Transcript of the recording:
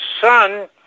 Son